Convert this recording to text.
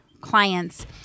clients